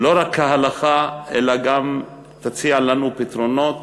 לא רק כהלכה, אלא גם תציע לנו פתרונות